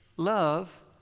Love